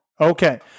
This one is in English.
okay